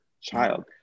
child